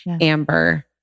amber